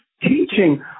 teaching